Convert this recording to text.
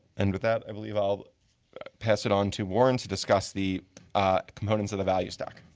and with that i believe ah but pass it on to warren to discuss the components of the value stack.